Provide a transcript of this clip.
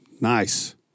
nice